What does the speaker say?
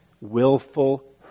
willful